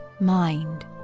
mind